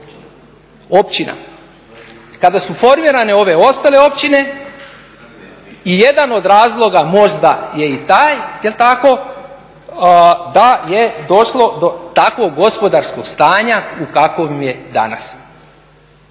općina. Kada su formirane ove ostale općine i jedan od razlika možda je i taj, je li tako, da je došlo do takvog gospodarskog stanja u kakvom je danas.